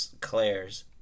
Claire's